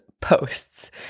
posts